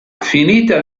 finita